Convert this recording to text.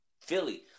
Philly